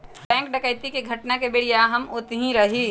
bank डकैती के घटना के बेरिया हम ओतही रही